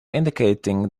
indicating